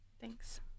Thanks